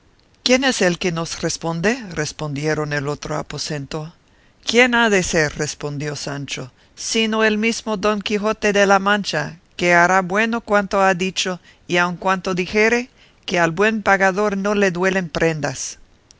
quién es el que nos responde respondieron del otro aposento quién ha de ser respondió sancho sino el mismo don quijote de la mancha que hará bueno cuanto ha dicho y aun cuanto dijere que al buen pagador no le duelen prendas